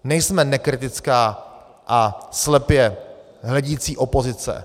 Nejsme nekritická a slepě hledící opozice.